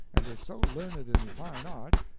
and is so learned in the fine arts,